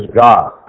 God